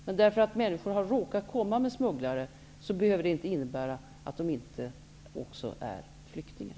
Men att människor har råkat komma med smugglare behöver inte innebära att de inte också är flyk tingar.